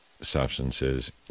substances